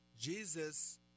jesus